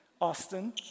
Austin